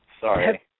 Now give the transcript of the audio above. Sorry